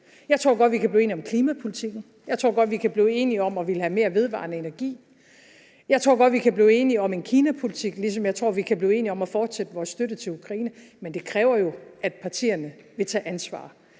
Jeg tror godt, vi kan blive enige om klimapolitikken. Jeg tror godt, vi kan blive enige om at ville have mere vedvarende energi. Jeg tror godt, vi kan blive enige om en kinapolitik, ligesom jeg tror, vi kan blive enige om at fortsætte vores støtte til Ukraine. Men det kræver jo, at partierne vil tage ansvar,